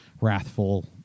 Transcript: wrathful